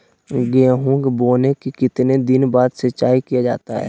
गेंहू के बोने के कितने दिन बाद सिंचाई किया जाता है?